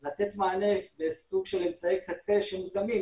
לתת מענה לסוג של אמצעי קצה שמותאמים,